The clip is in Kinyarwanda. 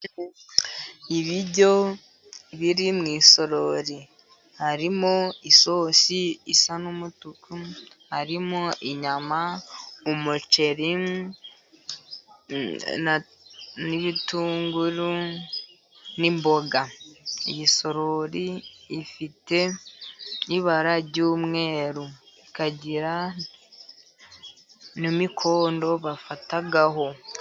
Ibiryo biri mu isorori, harimo isosi isa n'umutuku, harimo inyama, umuceri, n'ibitunguru n'imboga. Iyi sorori ifite n'ibara ry'umweru, ikagira n'imikondo bafataho.